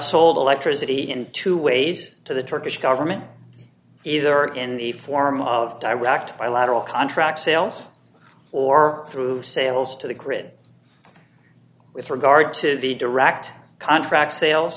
sold electricity in two ways to the turkish government either in the form of direct bilateral contract sales or through sales to the grid with regard to the direct contract sales